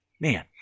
Man